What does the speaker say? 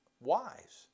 wise